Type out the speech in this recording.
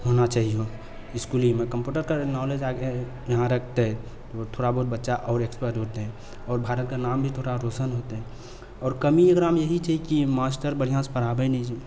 होना चाहिए इसकुलेमे कम्प्यूटरके नॉलेज जहाँ रखते तऽ थोड़ा बहुत बच्चा आओर एक्सपर्ट हौते आओर भारतके नाम भी थोड़ा रौशन हौते आओर कमी एकरामे यही छै कि मास्टर बढ़िआँसँ पढ़ाबै नहि छै